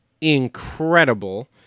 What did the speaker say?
incredible